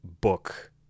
book